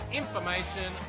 information